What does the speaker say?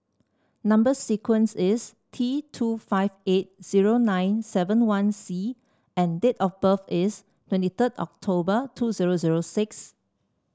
number sequence is T two five eight zero nine seven one C and date of birth is twenty third October two zero zero six